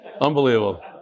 Unbelievable